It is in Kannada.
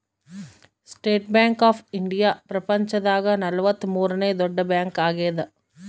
ಸ್ಟೇಟ್ ಬ್ಯಾಂಕ್ ಆಫ್ ಇಂಡಿಯಾ ಪ್ರಪಂಚ ದಾಗ ನಲವತ್ತ ಮೂರನೆ ದೊಡ್ಡ ಬ್ಯಾಂಕ್ ಆಗ್ಯಾದ